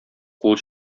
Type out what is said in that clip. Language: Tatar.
кул